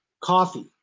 coffee